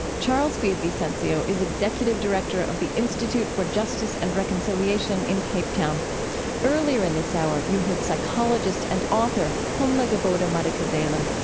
charles villa-vicencio is executive director of the institute for justice and reconciliation in cape town earlier in this hour you heard psychologist and author pumla gobodo-madikizela.